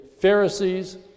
Pharisees